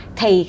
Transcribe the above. Thì